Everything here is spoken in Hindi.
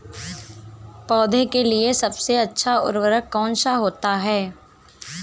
पौधे के लिए सबसे अच्छा उर्वरक कौन सा होता है?